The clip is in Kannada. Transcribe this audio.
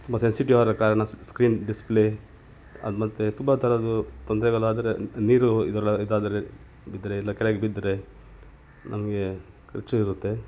ತುಂಬ ಸೆನ್ಸಿಟಿವ್ ಆದ ಕಾರಣ ಸ್ಕ್ರೀನ್ ಡಿಸ್ಪ್ಲೇ ಅದು ಮತ್ತು ತುಂಬ ಥರದ್ದು ತೊಂದ್ರೆಗಳಾದ್ರೆ ನೀರು ಇದೆಲ್ಲ ಇದಾದರೆ ಬಿದ್ದರೆ ಇಲ್ಲ ಕೆಳಗೆ ಬಿದ್ದರೆ ನಮಗೆ ಖರ್ಚು ಇರುತ್ತೆ